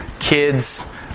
Kids